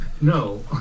No